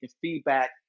feedback